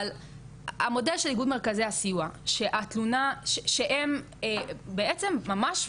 אבל המודל של איגוד מרכזי הסיוע, שהם בעצם ממש,